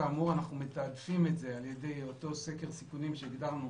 כאמור אנחנו מתעדפים את זה על ידי אותו סקר סיכונים שדיברנו